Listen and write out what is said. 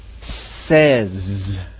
says